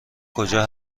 کجا